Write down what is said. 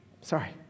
Sorry